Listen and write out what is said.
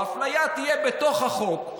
האפליה תהיה בתוך החוק,